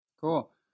Cool